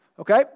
okay